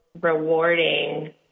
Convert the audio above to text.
rewarding